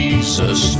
Jesus